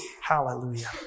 Hallelujah